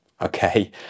okay